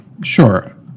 Sure